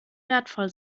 wertvoll